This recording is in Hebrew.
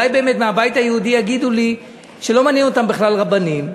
אולי באמת מהבית היהודי יגידו לי שלא מעניין אותם בכלל רבנים,